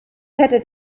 hättet